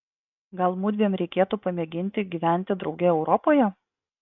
gal mudviem reikėtų pamėginti gyventi drauge europoje